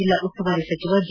ಜೆಲ್ಲಾ ಉಸ್ತುವಾರಿ ಸಚಿವ ಜಿ